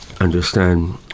understand